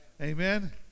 Amen